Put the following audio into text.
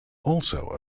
also